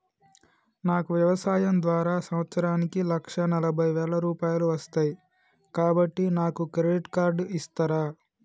నాకు వ్యవసాయం ద్వారా సంవత్సరానికి లక్ష నలభై వేల రూపాయలు వస్తయ్, కాబట్టి నాకు క్రెడిట్ కార్డ్ ఇస్తరా?